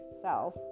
self